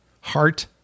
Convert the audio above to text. Heart